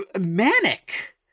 manic